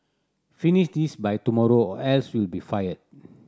finish this by tomorrow or else you'll be fired